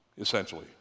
essentially